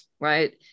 right